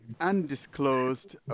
undisclosed